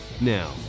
Now